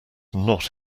not